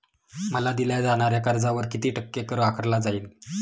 मला दिल्या जाणाऱ्या कर्जावर किती टक्के कर आकारला जाईल?